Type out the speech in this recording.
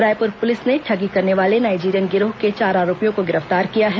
Raipur police ने ठगी करने वाले नाइजीरियन गिरोह के चार आरोपियों को गिरफ्तार किया है